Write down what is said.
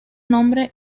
nombre